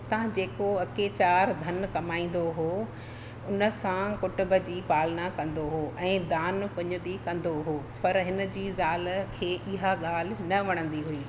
उतां जेको अचे चारि धन कमाईंदो हुओ उन सां कुटुम्ब जी पालना कंदो हुओ ऐं दान पुण्य बि कंदो हुओ पर हिन जी ज़ाल खे इहा ॻाल्हि न वणंदी हुई